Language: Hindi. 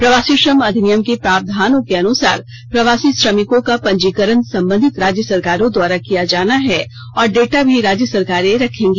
प्रयासी श्रम अधिनियम के प्रायधानों के अनुसार प्रवासी श्रमिकों का पंजीकरण संबंधित राज्य सरकारों द्वारा किया जाना है और डेटा भी राज्य सरकारे रखेंगी